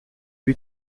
lui